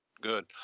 Good